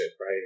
right